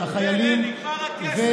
נגמר הכסף.